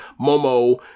Momo